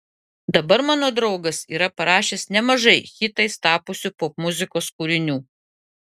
dabar mano draugas yra parašęs nemažai hitais tapusių popmuzikos kūrinių